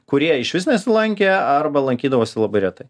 kurie išvis nesilankė arba lankydavosi labai retai